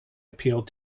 appeal